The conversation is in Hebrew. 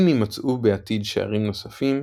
אם יימצאו בעתיד שערים נוספים,